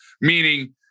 meaning